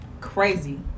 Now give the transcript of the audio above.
Crazy